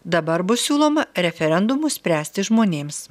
dabar bus siūloma referendumu spręsti žmonėms